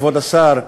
כבוד השר,